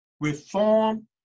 reform